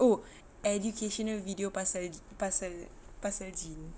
oh educational video pasal pasal pasal jin